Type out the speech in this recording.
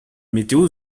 météo